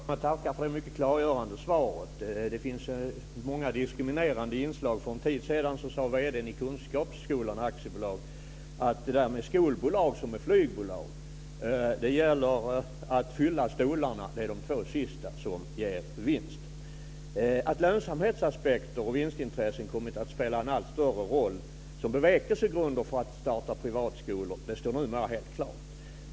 Fru talman! Jag tackar för det mycket klargörande svaret. Det finns många diskriminerande inslag. För en tid sedan sade vd:n i Kunskapsskolan AB att det är med skolbolag som med flygbolag. Det gäller att fylla stolarna. Det är de två sista som ger vinst. Det står nu helt klart att lönsamhetsaspekter och vinstintressen har kommit att spela en allt större roll som bevekelsegrunder för att starta privatskolor.